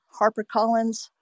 HarperCollins